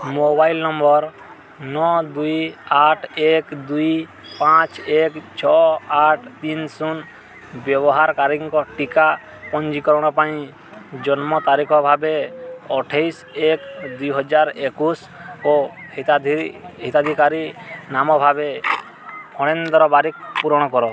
mobile number ନଅ ଦୁଇ ଆଠ ଏକ ଦୁଇ ପାଞ୍ଚ ଏକ ଛଅ ଆଠ ତିନି ଶୂନ ବ୍ୟବହାରକାରୀଙ୍କ ଟୀକା ପଞ୍ଜୀକରଣ ପାଇଁ ଜନ୍ମ ତାରିଖ ଭାବେ ଅଠେଇଶ ଏକ ଦୁଇହଜାର ଏକୋଇଶ ଓ ହିତାଧିକାରୀ ନାମ ଭାବେ ଫଣେନ୍ଦ୍ର ବାରିକ୍ ପୂରଣ କର